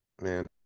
man